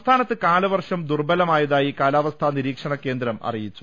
സംസ്ഥാനത്ത് കാലവർഷം ദുർബലമായതായി കാലാവസ്ഥാ നിരീക്ഷണ കേന്ദ്രം അറിയിച്ചു